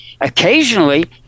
occasionally